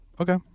Okay